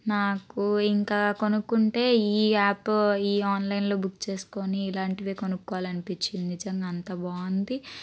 నాకు ఇంకా కొనుక్కుంటే ఈ యాప్ ఈ ఆన్లైన్లో బుక్ చేసుకొని ఇలాంటివే కొనుక్కోవాలనిపించింది నిజంగా అంత బాగుంది